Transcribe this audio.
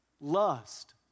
lust